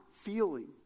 feeling